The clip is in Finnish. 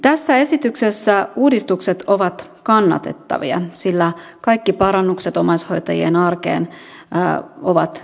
tässä esityksessä uudistukset ovat kannatettavia sillä kaikki parannukset omaishoitajien arkeen ovat tervetulleita